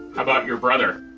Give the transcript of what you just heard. about your brother?